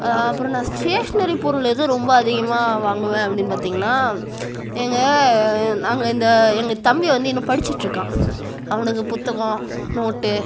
அப்புறம் நான் ஸ்டேஷ்னரி பொருள் இது ரொம்ப அதிகமா வாங்குவேன் அப்டின்னு பார்த்திங்கனா எங்கள் நாங்கள் இந்த எங்க தம்பி வந்து இன்னும் படிச்சிட்டிருக்கான் அவனுக்கு புத்தகம் நோட்டு